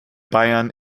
bayern